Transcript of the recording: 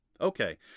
Okay